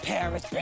Paris